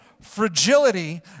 fragility